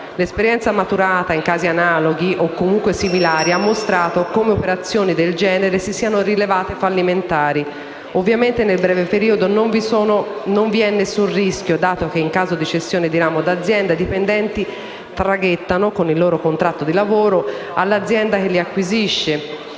l'esperienza maturata in casi analoghi o comunque similari ha mostrato come operazioni del genere si siano rivelate fallimentari. Ovviamente nel breve periodo non vi è alcun rischio, dato che in caso di cessione di ramo d'azienda i dipendenti traghettano, con il loro contratto di lavoro, all'azienda che acquisisce.